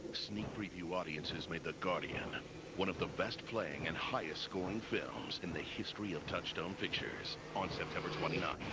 sneak preview audiences made the guardian one of the best playing and highest scoring films in the history of touchstone pictures. on september twenty nine,